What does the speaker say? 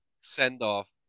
send-off